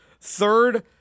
Third